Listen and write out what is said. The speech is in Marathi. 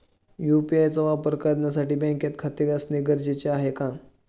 यु.पी.आय चा वापर करण्यासाठी बँकेत खाते असणे गरजेचे आहे का?